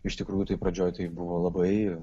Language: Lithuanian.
iš tikrųjų tai pradžioj buvo labai